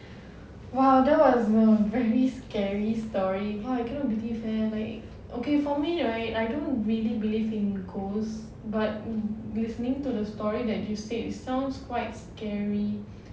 !wow! that was a very scary story !wah! I cannot believe leh like okay for me right I don't really believe in ghosts but listening to the story that you said sounds quite scary